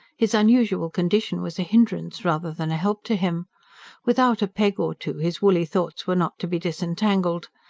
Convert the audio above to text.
his unusual condition was a hindrance rather than a help to him without a peg or two his woolly thoughts were not to be disentangled.